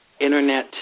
internet